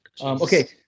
okay